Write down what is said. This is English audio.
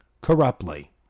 Corruptly